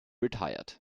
retired